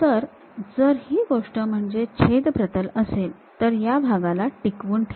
तर जर ही गोष्ट म्हणजे छेद प्रतल असेल तर या भागाला टिकवून ठेवा